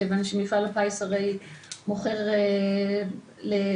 מפעל הפיס הרי מוכר לבגירים.